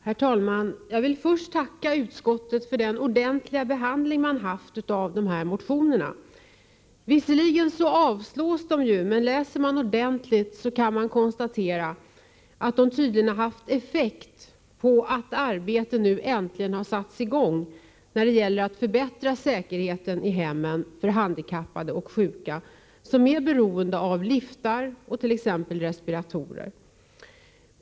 Herr talman! Jag vill först tacka utskottet för den ordentliga behandling man gett dessa motioner. Visserligen avstyrks de ju, men läser man ordentligt kan man konstatera att de tydligen haft effekt genom att arbete nu äntligen satts i gång när det gäller att förbättra säkerheten i hemmen för handikappade och sjuka som är beroende av t.ex. liftar och respiratorer.